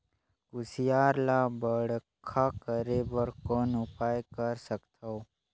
कुसियार ल बड़खा करे बर कौन उपाय कर सकथव?